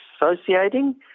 associating